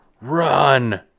run